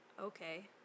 Okay